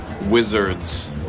wizards